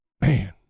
man